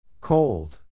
Cold